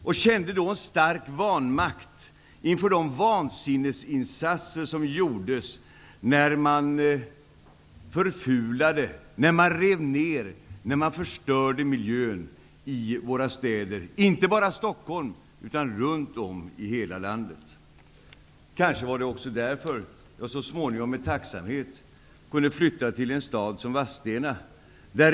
Jag kände då en stark vanmakt inför de vansinnesinsatser som gjordes när man förfulade, rev ner och förstörde miljön i våra städer, inte bara i Stockholm utan i hela landet. Det var kanske också därför som jag så småningom med tacksamhet kunde flytta till en stad som Vadstena.